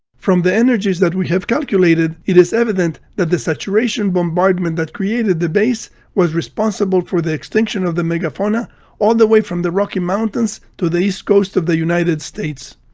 from the energies that we have calculated, it is evident that the saturation bombardment that created the bays was responsible for the extinction of the megafauna all the way from the rocky mountains to the east coast of the united states.